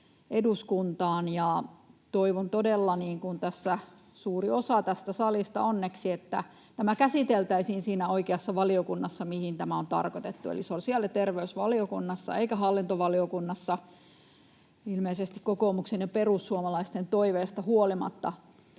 Toivon todella — niin kuin tässä suuri osa tästä salista onneksi — että tämä käsiteltäisiin siinä oikeassa valiokunnassa, mihin tämä on tarkoitettu, eli sosiaali- ja terveysvaliokunnassa eikä hallintovaliokunnassa ilmeisesti kokoomuksen ja perussuomalaisten toiveista huolimatta.